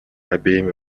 обеими